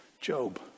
Job